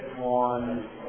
on